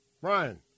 Brian